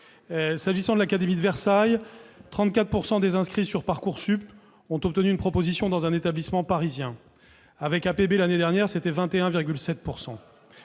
S'agissant de l'académie de Versailles, 34 % des inscrits sur Parcoursup ont obtenu une proposition dans un établissement parisien. Avec APB, ils n'étaient que 21,7